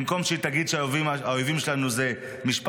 במקום שהיא תגיד שהאויבים שלנו זה משפחת